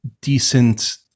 decent